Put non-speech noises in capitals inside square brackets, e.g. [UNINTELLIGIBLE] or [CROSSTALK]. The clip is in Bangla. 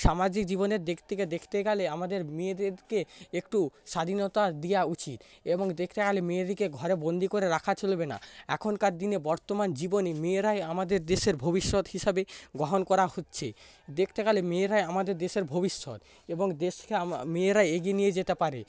সামাজিক জীবনের দিক থেকে দেখতে গেলে আমাদের মেয়েদেরকে একটু স্বাধীনতা দেওয়া উচিত এবং দেখতে গেলে মেয়েদেরকে ঘরে বন্দি করে রাখা চলবে না এখনকার দিনে বর্তমান জীবনে মেয়েরাই আমাদের দেশে ভবিষ্যৎ হিসাবে গ্রহণ করা হচ্ছে দেখতে গেলে মেয়েরাই আমাদের দেশের ভবিষ্যৎ এবং দেশকে [UNINTELLIGIBLE] মেয়েরাই এগিয়ে নিয়ে যেতে পারে